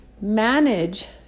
manage